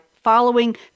following